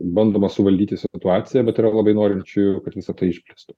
bandoma suvaldyti situaciją bet yra labai norinčiųkad visa tai išplistų